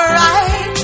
right